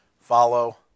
Follow